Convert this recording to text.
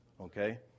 Okay